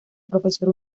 profesor